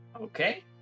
Okay